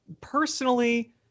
Personally